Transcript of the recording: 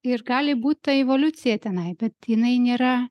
ir gali būt tai evoliucija tenai bet jinai nėra